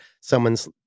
someone's